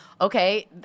okay